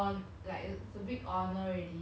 when you were like what sixteen